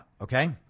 Okay